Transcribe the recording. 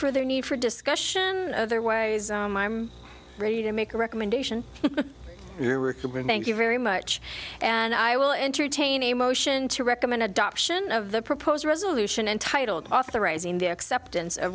further need for discussion otherwise i'm ready to make a recommendation here thank you very much and i will entertain a motion to recommend adoption of the proposed resolution entitled a